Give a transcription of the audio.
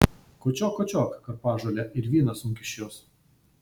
kočiok kočiok karpažolę ir vyną sunk iš jos